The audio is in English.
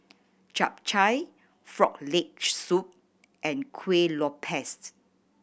Chap Chai Frog Leg Soup and Kuih Lopes